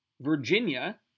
Virginia